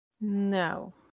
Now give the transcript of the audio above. No